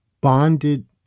bonded